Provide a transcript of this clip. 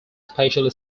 special